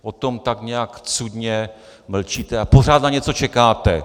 O tom tak nějak cudně mlčíte a pořád na něco čekáte.